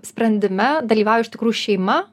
sprendime dalyvauja iš tikrųjų šeima